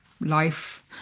life